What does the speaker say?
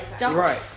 Right